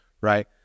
right